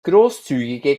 großzügige